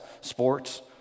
sports